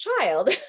child